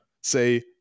say